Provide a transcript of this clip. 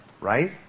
right